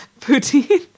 Poutine